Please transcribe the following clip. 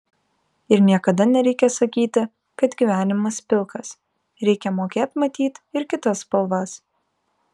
ir niekada nereikia sakyti kad gyvenimas pilkas reikia mokėt matyt ir kitas spalvas